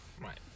Right